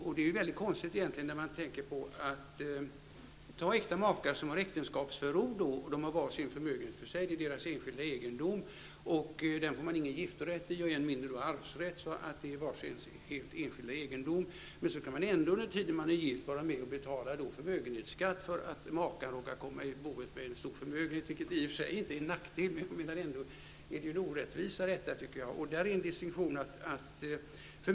Om äkta makar har var sin förmögenhet och äktenskapsförord är förmögenheterna resp. makes enskilda egendom, och de har inte giftorätt och än mindre arvsrätt till varandras enskilda egendom. Det är alltså resp. makes helt enskilda egendom. Men trots detta skall en make vara med och betala förmögenhetsskatt på den förmögenhet som den andra maken råkar ha med sig i boet. Detta är ju i och för sig inte en nackdel, men jag tycker ändå att det är en orättvisa. Det finns en distinktion.